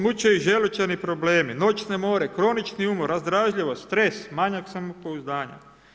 Muče ih želučani problemi, noćne more, kronični umor, razdražljivost, stres, manjak samopouzdanja.